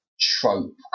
trope